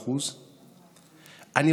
0.7%. מיליון מובטלים.